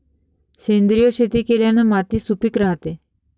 सेंद्रिय शेती केल्याने माती सुपीक राहते